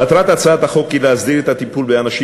מטרת הצעת החוק היא להסדיר את הטיפול באנשים